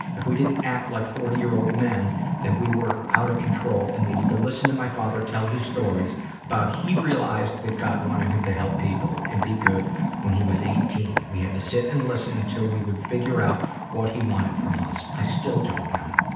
if we didn't act like forty year old men then we were out of control and needed to listen to my father tell his stories about how he realized that god wanted him to help people and be good when he was eighteen. we had to sit and listen until we could figure out what he wanted from us. i still don't know.